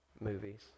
movies